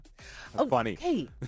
Funny